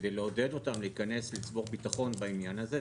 כדי לעודד אותם להיכנס ולצבור ביטחון בעניין הזה.